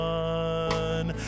one